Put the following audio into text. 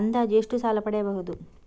ಅಂದಾಜು ಎಷ್ಟು ಸಾಲ ಪಡೆಯಬಹುದು?